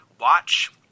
watch